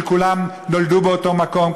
שכולם נולדו באותו מקום,